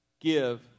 give